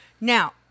Now